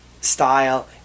style